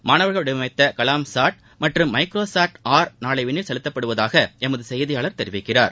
மாணவர்கள் வடிவமைத்த கலாம் சாட் மற்றும் மைக்ரோ சாட் ஆர் நாளை விண்ணில் செலுத்தப்படுவதாக எமது செய்தியாளர் தெரிவிக்கிறார்